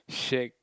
shag